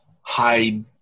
hide